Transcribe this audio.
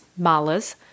malas